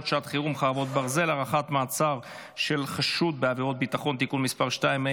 שעת חירום (חרבות ברזל) (הארכת מעצר לחשוד בעבירת ביטחון) (תיקון מס' 2),